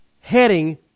heading